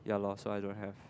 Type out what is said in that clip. ya lor so I don't have